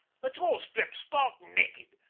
let's all strip stark naked.